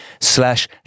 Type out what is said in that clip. slash